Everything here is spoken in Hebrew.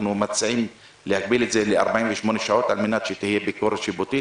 אנחנו מציעים להגביל את זה ל-48 שעות על מנת שתהיה ביקורת שיפוטית,